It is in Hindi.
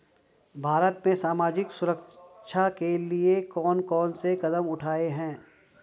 भारत में सामाजिक सुरक्षा के लिए कौन कौन से कदम उठाये हैं?